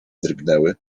drgnęły